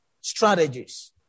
Strategies